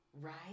Right